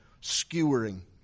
skewering